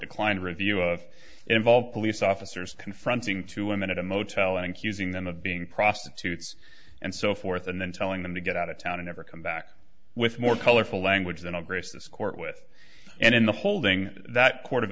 declined review of involve police officers confronting two women at a motel and accusing them of being prostitutes and so forth and then telling them to get out of town and ever come back with more colorful language than a grace this court with and in the holding that court of